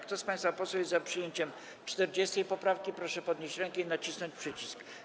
Kto z państwa posłów jest za przyjęciem 40. poprawki, proszę podnieść rękę i nacisnąć przycisk.